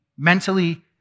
mentally